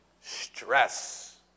Stress